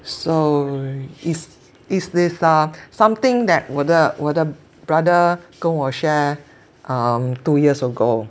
so is is is err something that 我的我的 brother 跟我 share um two years ago